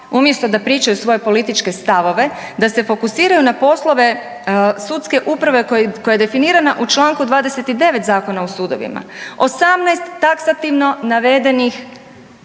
umjesto da pričaju svoje političke stavove, da se fokusiraju na poslove sudske uprave koja je definirana u članku 29. Zakona o sudovima. 18 taksativno navedenih